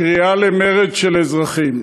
קריאה למרד של אזרחים.